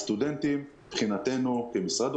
הסטודנטים מבחינתנו כמשרד,